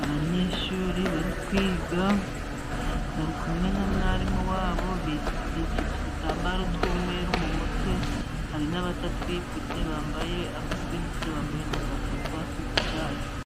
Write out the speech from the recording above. Abanyeshuri bari kwiga bari kumwe na mwarimu wabo bipfutse udutambaro tw'umweru mu mutwe, hari n'abatatwipfutse, bambaye, abatatwipfutse bambaye na za karuvati z'icyatsi.